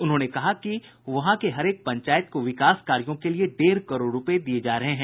उन्होंने कहा कि वहां के हरेक पंचायत को विकास कार्यों के लिये डेढ़ करोड़ रूपये दिये जा रहे हैं